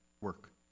work